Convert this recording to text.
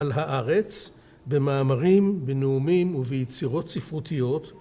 על הארץ במאמרים, בנאומים וביצירות ספרותיות